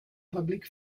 public